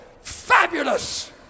fabulous